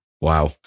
Wow